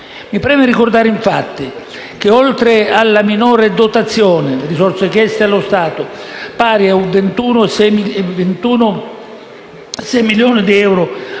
Mi preme ricordare che, oltre alla minore dotazione (risorse chieste allo Stato) pari a 21,6 milioni di euro